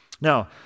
Now